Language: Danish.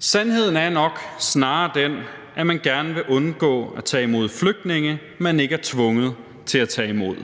Sandheden er nok snarere den, at man gerne vil undgå at tage imod flygtninge, man ikke er tvunget til at tage imod.